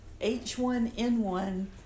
H1N1